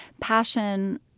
passion